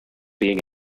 being